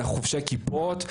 אנחנו חובשי כיפות,